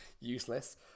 useless